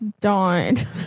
died